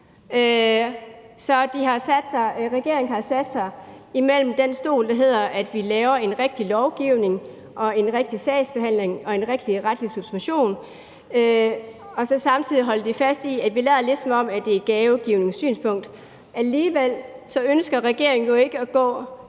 regeringen har sat sig imellem den stol, hvor man laver en rigtig lovgivning og en rigtig sagsbehandling og en rigtig retlig subsumption, og man så samtidig holder fast i, at man lader, ligesom om det er et gavegivningssynspunkt. Alligevel ønsker regeringen jo ikke at gå